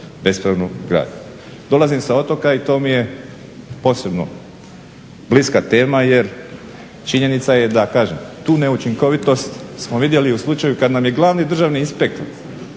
bespravnu gradnju. Dolazim sa otoka i to mi je posebno bliska tema, jer činjenica je, da kažem tu neučinkovitost smo vidjeli u slučaju kad nam je glavni državni inspektor